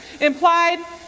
implied